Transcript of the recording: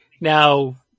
Now